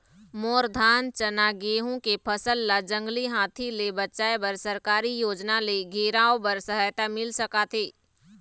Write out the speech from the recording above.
मोर धान चना गेहूं के फसल ला जंगली हाथी ले बचाए बर सरकारी योजना ले घेराओ बर सहायता मिल सका थे?